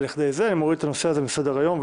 אני מוריד את הנושא הזה מסדר היום,